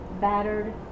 battered